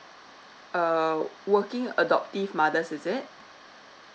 uh working adoptive mother's is it